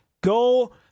Go